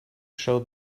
show